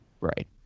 Right